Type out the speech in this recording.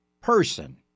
person